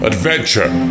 Adventure